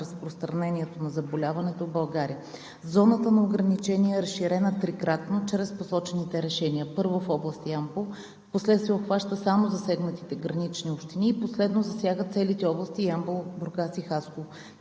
разпространението на заболяването в България. Зоната на ограничение е разширена трикратно чрез посочените решения. Първо, в област Ямбол, впоследствие обхваща само засегнатите гранични общини, последно засяга целите области Ямбол, Бургас и Хасково.